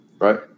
right